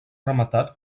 rematat